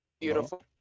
beautiful